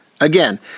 Again